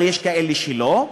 אבל יש כאלה שלא,